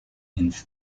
ins